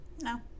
No